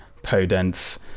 Podence